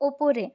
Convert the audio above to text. উপরে